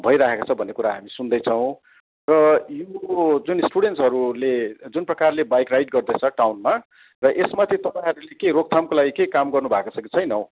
भइराखेको छ भन्ने कुरा हामी सुन्दैछौँ र यो जुन स्टुडेन्सहरूले जुन प्रकारले बाइक राइड गर्दैस टाउनमा र यसमाथि तपाईँहरूले के रोकथामको लागि केही काम गर्नु भएको छ कि छैन हौ